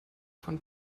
von